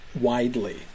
widely